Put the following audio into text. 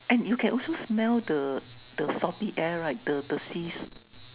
and you can also smell the the salty air right the the seas